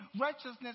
righteousness